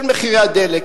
של מחירי הדלק,